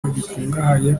bikungahaye